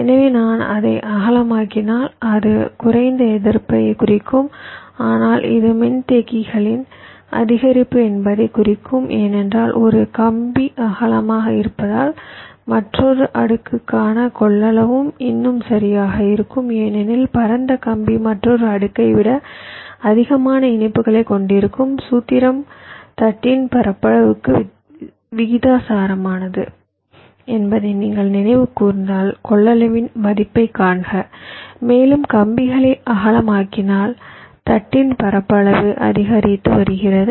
எனவே நான் அதை அகலமாக்கினால் அது குறைந்த எதிர்ப்பைக் குறிக்கும் ஆனால் இது மின்தேக்கத்தின் அதிகரிப்பு என்பதையும் குறிக்கும் ஏனென்றால் ஒரு கம்பி அகலமாக இருந்தால் மற்றொரு அடுக்குக்கான கொள்ளளவும் இன்னும் சரியாக இருக்கும் ஏனெனில் பரந்த கம்பி மற்றொரு அடுக்கை விட அதிகமான இணைப்புகளைக் கொண்டிருக்கும் சூத்திரம் தட்டின் பரப்பளவுக்கு விகிதாசாரமானது என்பதை நீங்கள் நினைவு கூர்ந்தால் கொள்ளளவின் மதிப்பைக் காண்க மேலும் கம்பிகளை அகலமாக்கினால் தட்டின் பரப்பளவு அதிகரித்து வருகிறது